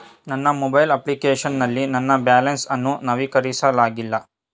ನನ್ನ mobile application ನಲ್ಲಿ ನನ್ನ ಬ್ಯಾಲೆನ್ಸ್ ಅನ್ನು ನವೀಕರಿಸಲಾಗಿಲ್ಲ